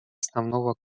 основного